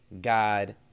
God